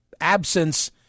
absence